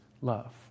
love